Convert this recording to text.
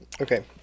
Okay